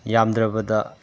ꯌꯥꯝꯗ꯭ꯔꯕꯗ